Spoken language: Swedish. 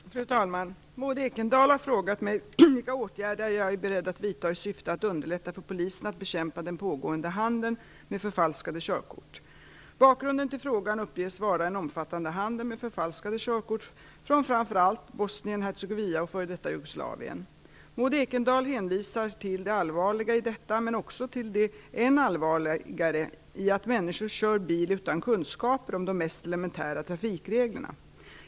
Fru talman! Maud Ekendahl har frågat mig vilka åtgärder jag är beredd att vidta i syfte att underlätta för polisen att bekämpa den pågående handeln med förfalskade körkort. Bakgrunden till frågan uppges vara en omfattande handel med förfalskade körkort från framför allt Ekendahl hänvisar till det allvarliga i detta men också till det än allvarligare i att människor kör bil utan kunskaper om de mest elementära trafikreglerna.